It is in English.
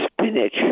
spinach